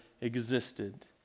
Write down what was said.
existed